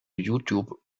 youtube